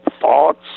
thoughts